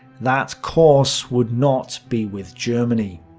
that course would not be with germany.